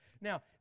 Now